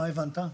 מה הבנת?